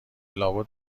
لابد